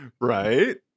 Right